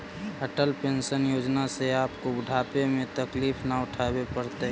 Atal pension Yojana से आपको बुढ़ापे में तकलीफ न उठावे पड़तई